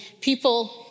people